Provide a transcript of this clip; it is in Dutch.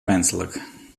menselijk